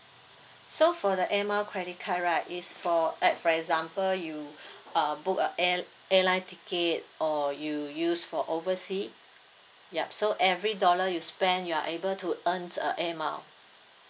so for the air mile credit card right it's for eh for example you uh book a air airline ticket or you use for oversea yup so every dollar you spend you are able to earn a air mile